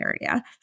area